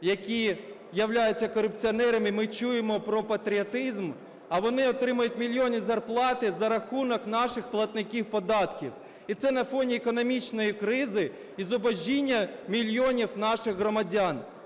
які являються корупціонерами, ми чуємо про патріотизм, а вони отримують мільйонні зарплати за рахунок наших платників податків. І це на фоні економічної кризи і зубожіння мільйонів наших громадян.